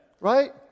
right